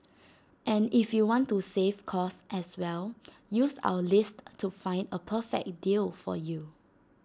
and if you want to save cost as well use our list to find A perfect deal for you